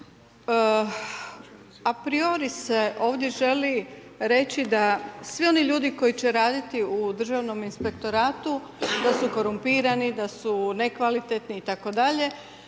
apriori se ovdje želi reći da svi oni ljudi koji će raditi u državnom inspektoratu, da su korumpirani, da su nekvalitetni itd.,